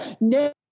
No